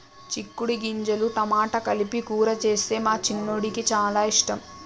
చిక్కుడు గింజలు టమాటా కలిపి కూర చేస్తే మా చిన్నోడికి చాల ఇష్టం